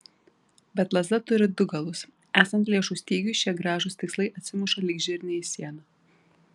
bet lazda turi du galus esant lėšų stygiui šie gražūs tikslai atsimuša lyg žirniai į sieną